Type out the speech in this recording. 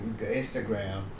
Instagram